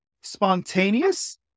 spontaneous